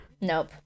Nope